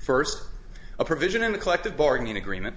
first a provision in the collective bargaining agreement